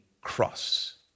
cross